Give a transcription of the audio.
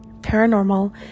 paranormal